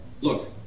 Look